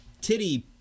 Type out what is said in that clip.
Titty